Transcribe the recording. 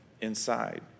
inside